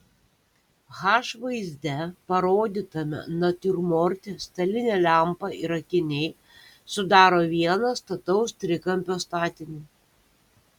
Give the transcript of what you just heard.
h vaizde parodytame natiurmorte stalinė lempa ir akiniai sudaro vieną stataus trikampio statinį